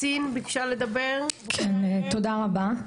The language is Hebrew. תודה רבה.